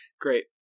Great